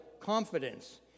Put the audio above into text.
confidence